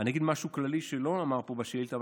אני אגיד משהו כללי שלא נאמר פה בשאילתה,